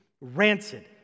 rancid